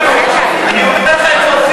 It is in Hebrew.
אני אומר לך את זה,